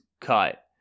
cut